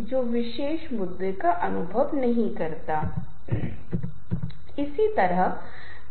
यदि आप ओपेरा देख रहे हैं यदि आप विभिन्न प्रकार की सिम्फनी देख रहे हैं